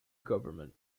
government